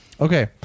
Okay